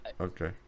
Okay